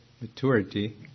maturity